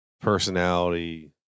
personality